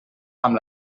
amb